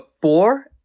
four